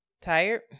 Tired